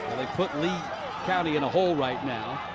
they put lee county in a hole right now.